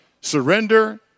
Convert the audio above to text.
surrender